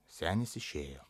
senis išėjo